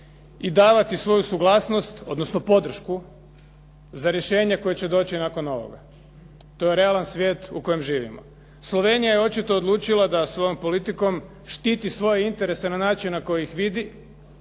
i davati svoju suglasnost odnosno podršku za rješenje koje će doći nakon ovoga. To je realan svijet u kojem živimo. Slovenija je očito odlučila da svojom politikom štiti svoje interese na način na koji ih vidi